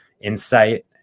insight